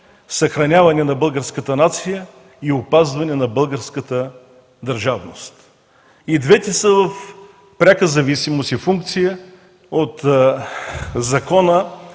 съхраняване на българската нация и опазване на българската държавност. И двете са в пряка зависимост и функция от закона,